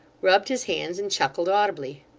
rubbed his hands, and chuckled audibly.